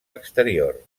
exterior